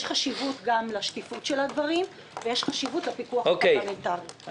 יש חשיבות גם לשקיפות של הדברים ויש חשיבות לפיקוח הפרלמנטרי.